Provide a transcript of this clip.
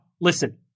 listen